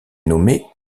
nommé